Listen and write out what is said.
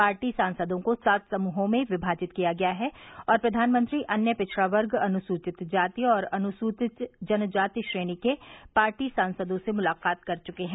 party सांसदों को सात समूहों में विमाजित किया गया है और प्रधानमंत्री अन्य पिछड़ा वर्ग अनुसूचित जाति और अनुसूचित जनजाति श्रेणी के पार्टी सांसदों से मुलाकात कर चुके हैं